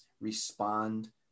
respond